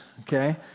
okay